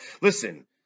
Listen